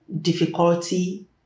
difficulty